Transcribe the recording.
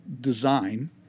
design